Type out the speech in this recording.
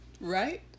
Right